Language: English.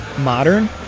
modern